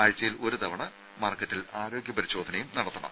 ആഴ്ച്ചയിൽ ഒരു തവണ മാർക്കറ്റിൽ ആരോഗ്യ പരിശോധനയും നടത്തണം